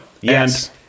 yes